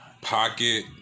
pocket